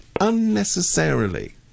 unnecessarily